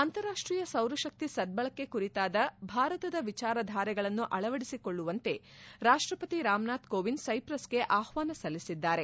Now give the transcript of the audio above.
ಅಂತಾರಾಷ್ಷೀಯ ಸೌರತಕ್ತಿ ಸದ್ದಳಕೆ ಕುರಿತಾದ ಭಾರತದ ವಿಚಾರಧಾರೆಗಳನ್ನು ಅಳವಡಿಸಿಕೊಳ್ಳುವಂತೆ ರಾಷ್ಷಪತಿ ರಾಮನಾಥ್ ಕೋವಿಂದ್ ಸೈಪ್ರಸ್ಗೆ ಆಹ್ವಾನ ನೀಡಿದ್ದಾರೆ